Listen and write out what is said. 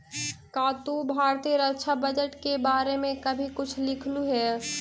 का तू भारतीय रक्षा बजट के बारे में कभी कुछ लिखलु हे